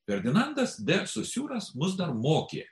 ferdinandas de sosiūras mus dar moki